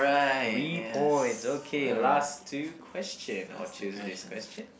three points okay last two question I will choose this question